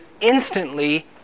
instantly